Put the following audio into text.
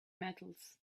metals